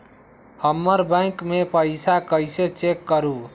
हमर बैंक में पईसा कईसे चेक करु?